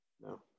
no